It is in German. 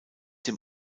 dem